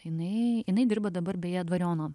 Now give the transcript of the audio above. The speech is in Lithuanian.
jinai jinai dirba dabar beje dvariono